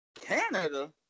Canada